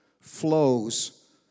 flows